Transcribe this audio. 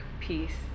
peace